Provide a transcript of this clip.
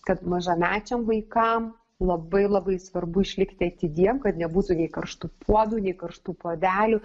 kad mažamečiam vaikam labai labai svarbu išlikti atidiem kad nebūtų nei karštų puodų nei karštų puodelių